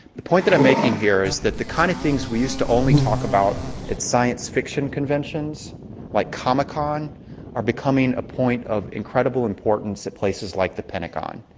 the point that i'm making here is that the kind of things we used to only talk about at science fiction conventions like comic-con are becoming a point of incredible importance at places like the pentagon.